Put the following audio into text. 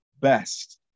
best